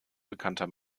bekannter